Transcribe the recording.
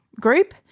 group